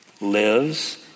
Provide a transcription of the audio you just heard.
lives